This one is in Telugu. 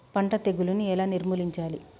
పంట తెగులుని ఎలా నిర్మూలించాలి?